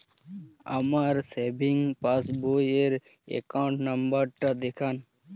আমার সেভিংস পাসবই র অ্যাকাউন্ট নাম্বার টা দেখান?